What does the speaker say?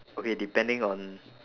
okay depending on